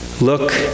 look